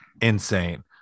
insane